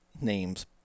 names